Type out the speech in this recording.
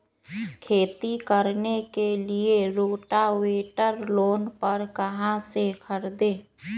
खेती करने के लिए रोटावेटर लोन पर कहाँ से खरीदे?